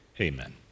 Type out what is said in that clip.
Amen